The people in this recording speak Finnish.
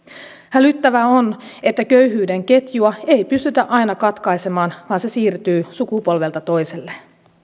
hälyttävää on että köyhyyden ketjua ei pystytä aina katkaisemaan vaan se siirtyy sukupolvelta toiselle